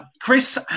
Chris